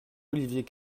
olivier